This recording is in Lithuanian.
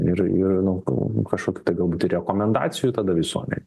ir ir nu u kažkokių tai galbūt ir rekomendacijų tada visuome